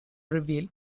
reveal